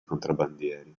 contrabbandieri